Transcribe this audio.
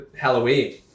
halloween